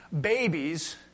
babies